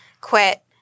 quit